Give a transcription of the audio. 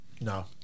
No